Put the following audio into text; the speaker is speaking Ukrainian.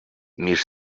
між